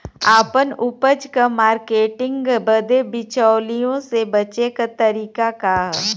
आपन उपज क मार्केटिंग बदे बिचौलियों से बचे क तरीका का ह?